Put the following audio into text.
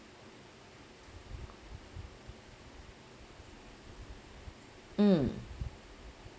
mm